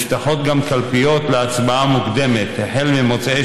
נפתחות גם קלפיות להצבעה מוקדמת ממוצאי